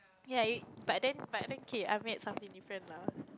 ya it but then but okay I met something different lah